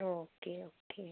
okay okay